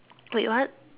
wait what